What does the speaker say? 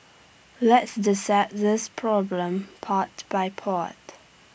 let's dissect this problem part by part